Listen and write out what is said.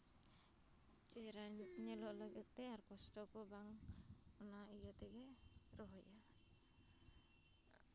ᱪᱮᱦᱨᱟ ᱧᱮᱞᱚᱜ ᱞᱟᱹᱜᱤᱫ ᱛᱮ ᱠᱚᱥᱴᱚ ᱠᱚ ᱵᱟᱝ ᱚᱱᱟ ᱤᱭᱟᱹ ᱛᱮᱜᱮ ᱨᱚᱦᱚᱭᱟ